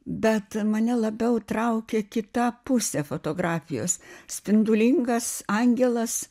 bet mane labiau traukia kita pusė fotografijos spindulingas angelas